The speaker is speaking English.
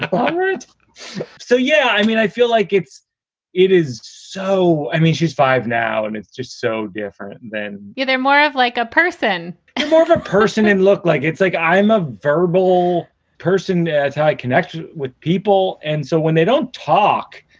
um ah so, yeah, i mean, i feel like it's it is. so i mean, she's five now and it's just so different then. yeah they're more of like a person and more of a person and look like it's like i'm a verbal person. yeah it's how i connect with people. and so when they don't talk,